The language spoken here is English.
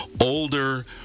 older